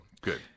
good